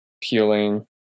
peeling